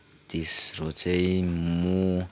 तेस्रो चाहिँ म